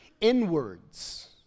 inwards